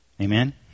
Amen